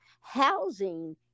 housing